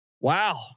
Wow